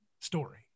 story